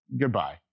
Goodbye